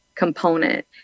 Component